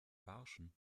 barschen